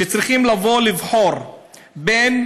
שצריכים לבחור בין